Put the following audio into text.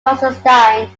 constantine